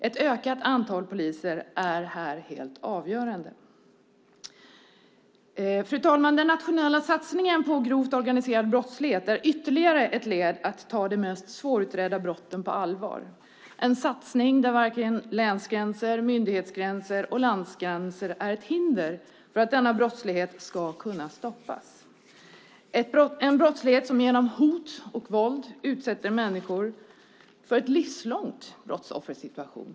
Ett ökat antal poliser är här helt avgörande. Fru talman! Den nationella satsningen mot grovt organiserad brottslighet är ytterligare ett led i att ta de mest svårutredda brotten på allvar. Det är en satsning där varken länsgränser, myndighetsgränser eller landsgränser ska vara ett hinder för att denna ska kunna stoppas. Det är en brottslighet som genom hot och våld utsätter människor för en livslång brottsoffersituation.